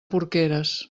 porqueres